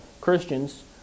Christians